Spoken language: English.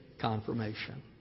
confirmation